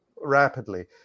rapidly